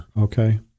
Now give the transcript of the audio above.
okay